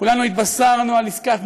כולנו התבשרנו על עסקת "מובילאיי".